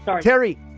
Terry